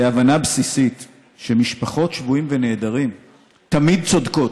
להבנה בסיסית שמשפחות שבויים ונעדרים תמיד צודקות.